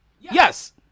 Yes